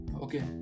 okay